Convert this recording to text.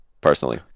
personally